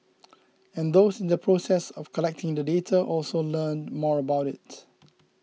and those in the process of collecting the data also learn more about it